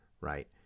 right